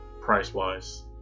price-wise